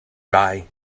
rye